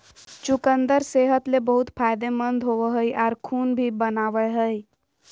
चुकंदर सेहत ले बहुत फायदेमंद होवो हय आर खून भी बनावय हय